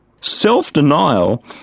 Self-denial